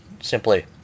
simply